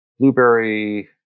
blueberry